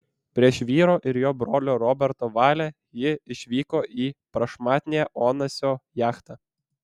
prieš vyro ir jo brolio roberto valią ji išvyko į prašmatnią onasio jachtą